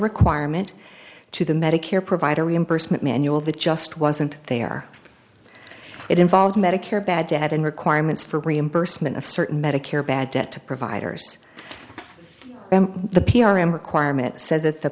requirement to the medicare provider reimbursement manual that just wasn't there it involved medicare bad debt and requirements for reimbursement of certain medicare bad debt to providers the p r m requirement said that the